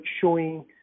showing